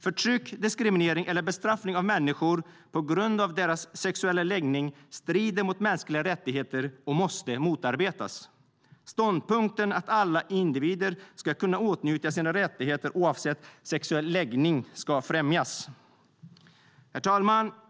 Förtryck, diskriminering eller bestraffning av människor på grund av deras sexuella läggning strider mot mänskliga rättigheter och måste motarbetas. Ståndpunkten att alla individer ska kunna åtnjuta sina rättigheter oavsett sexuell läggning ska främjas. Herr talman!